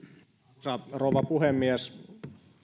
arvoisa rouva puhemies